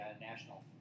national